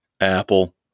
Apple